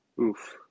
Oof